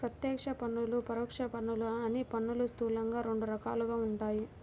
ప్రత్యక్ష పన్నులు, పరోక్ష పన్నులు అని పన్నులు స్థూలంగా రెండు రకాలుగా ఉంటాయి